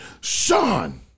Sean